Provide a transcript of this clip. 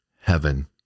heaven